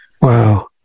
Wow